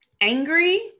angry